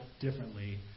differently